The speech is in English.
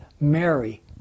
Mary